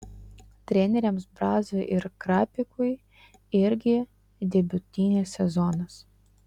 treneriams braziui ir krapikui irgi debiutinis sezonas